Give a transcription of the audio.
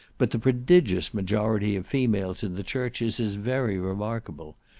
but the prodigious majority of females in the churches is very remarkable.